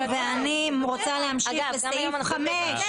אני רוצה להמשיך לסעיף (5).